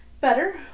Better